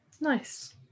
nice